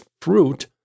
fruit